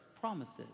promises